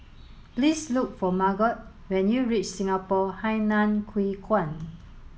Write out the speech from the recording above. please look for Margot when you reach Singapore Hainan Hwee Kuan